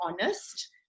honest